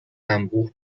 انبوه